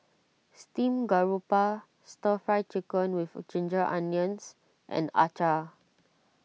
Steamed Garoupa Stir Fry Chicken with Ginger Onions and Acar